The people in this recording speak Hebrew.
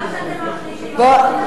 מה שאתם מחליטים,